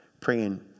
praying